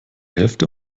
hälfte